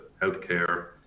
healthcare